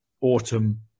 autumn